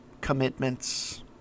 commitments